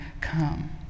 come